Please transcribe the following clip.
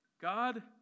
God